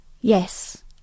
Yes